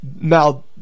Now